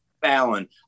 Fallon